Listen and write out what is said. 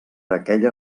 aquella